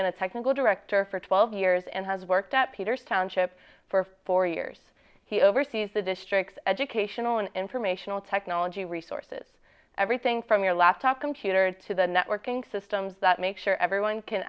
been a technical director for twelve years and has worked at peters township for four years he oversees the district's educational and informational technology resources everything from your laptop computer to the networking systems that make sure everyone can